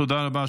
תודה רבה.